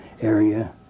area